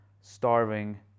starving